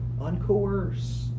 Uncoerced